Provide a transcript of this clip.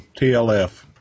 TLF